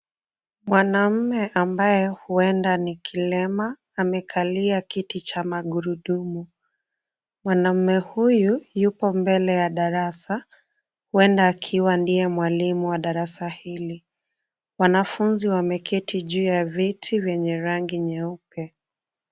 Mwanaume ambaye huenda ni kilema amakalia kiti cha magurudumu, mwanaume huyu yupo mbele ya darasa huenda akiwa ndiye mwalimu wa darasa hili, wanafunzi wameketi juu ya viti venye rangi nyeupe.